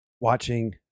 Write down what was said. watching